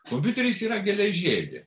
kompiuteris yra geležėlė